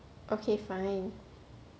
okay fine